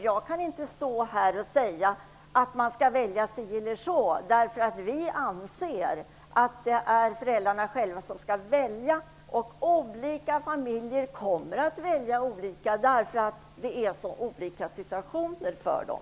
Jag kan inte stå här och säga att de skall välja si eller så. Vi anser att det är föräldrarna själva som skall välja. Olika familjer kommer att välja olika därför att olika situationer råder för dem.